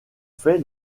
fait